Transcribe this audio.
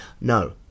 no